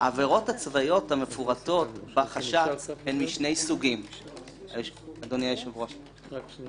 אם פעם בשנה, נניח ב-1 בינואר, סתם אני